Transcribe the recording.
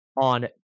on